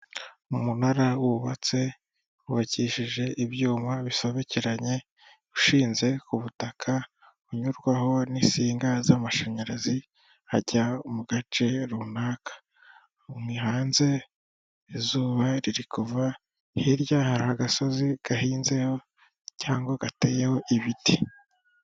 Umunara wubatse wubakishije ibyuma bisobekeranye ushinze ku butaka unyurwaho n'isinga z'amashanyarazi hajya mu gace runaka. Ni hanze izuba riri kuva hirya hari agasozi gahinzeho cyangwa gateyeho ibiti.